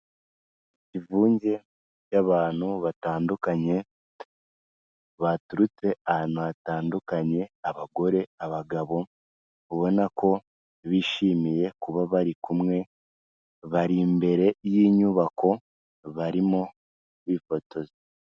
Ivunge ry'abantu batandukanye baturutse ahantu hatandukanye, abagore, abagabo ubona ko bishimiye kuba bari kumwe, bari imbere y'inyubako barimo bifotoza.